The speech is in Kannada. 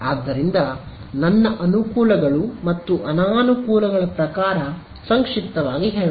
ಆದ್ದರಿಂದ ನನ್ನ ಅನುಕೂಲಗಳು ಮತ್ತು ಅನಾನುಕೂಲಗಳ ಪ್ರಕಾರ ಸಂಕ್ಷಿಪ್ತವಾಗಿ ಹೇಳೋಣ